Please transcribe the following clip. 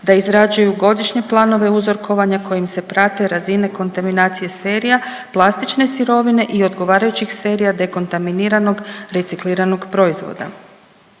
da izrađuju godišnje planove uzorkovanja kojim se prate razine kontaminacije serija, plastične sirovine i odgovarajućih serija dekontaminiranog recikliranog proizvoda.